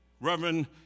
Reverend